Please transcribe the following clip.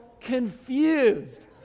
confused